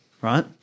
Right